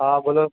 હા બોલો